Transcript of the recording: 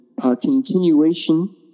continuation